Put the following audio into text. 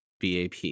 BAP